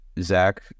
Zach